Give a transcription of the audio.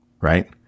right